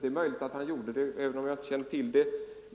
Det är möjligt att han gjorde 47 det, även om jag inte känner till det.